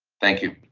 thank you.